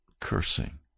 cursing